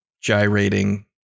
gyrating